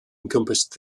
encompassed